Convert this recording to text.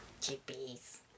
Chippies